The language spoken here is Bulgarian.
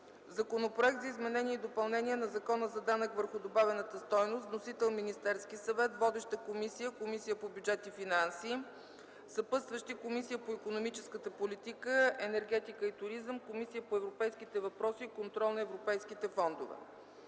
Законопроект за изменение и допълнение на Закона за данък върху добавената стойност. Вносител е Министерският съвет. Водеща е Комисията по бюджет и финанси. Съпътстващи са Комисията по икономическата политика, енергетика и туризъм и Комисията по европейските въпроси и контрол на европейските фондове;